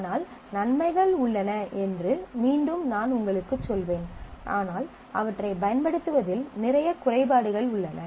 ஆனால் நன்மைகள் உள்ளன என்று மீண்டும் நான் உங்களுக்குச் சொல்வேன் ஆனால் அவற்றைப் பயன்படுத்துவதில் நிறைய குறைபாடுகள் உள்ளன